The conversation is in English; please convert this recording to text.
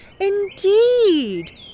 Indeed